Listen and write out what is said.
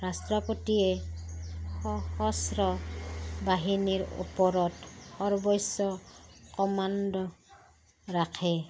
ৰাষ্ট্ৰপতিয়ে সহস্ৰ বাহিনীৰ ওপৰত কমাণ্ড ৰাখে